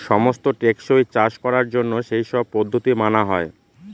সমস্ত টেকসই চাষ করার জন্য সেই সব পদ্ধতি মানা হয়